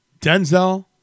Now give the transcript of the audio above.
Denzel